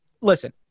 listen